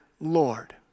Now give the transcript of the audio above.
Lord